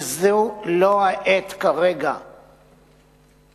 וזו לא העת כרגע לבצע,